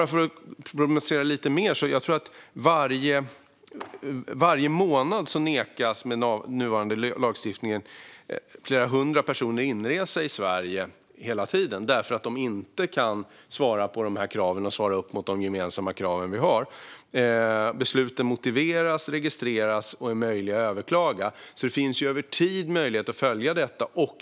För att problematisera lite mer tror jag att flera hundra personer varje månad med nuvarande lagstiftning nekas inresa i Sverige därför att de inte kan svara upp mot de gemensamma krav vi har. Besluten motiveras, registreras och är möjliga att överklaga. Det finns alltså över tid möjlighet att följa detta.